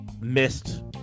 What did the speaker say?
missed